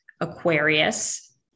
Aquarius